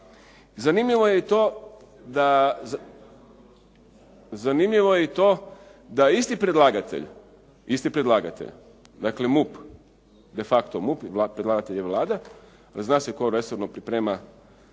Zanimljivo je i to da je isti predlagatelj dakle MUP, de facto MUP jer predlagatelj je Vlada a zna se tko resorno priprema